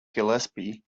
gillespie